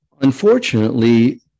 Unfortunately